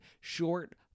short